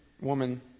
woman